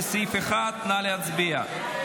לסעיף 1. נא להצביע.